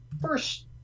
first